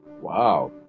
Wow